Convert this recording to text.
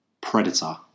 predator